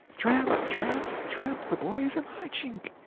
tramp, tramp, tramp the boys are marching.